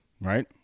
Right